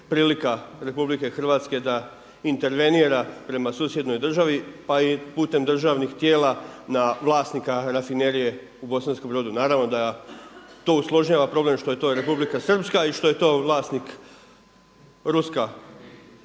prilika RH da intervenira prema susjednoj državi pa i putem državnih tijela na vlasnika rafinerije u Bosanskom Brodu. Naravno to usložnjava problem što je to Republika Srpska i što je to vlasnik ruska